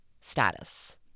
status